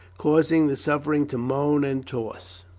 causing the sufferer to moan and toss.